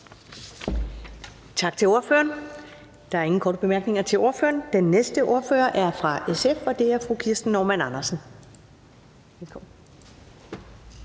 radikale ordfører. Der er ingen korte bemærkninger til ordføreren. Den næste ordfører er fra SF, og det er fru Kirsten Normann Andersen. Værsgo.